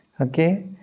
okay